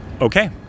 okay